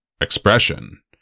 expression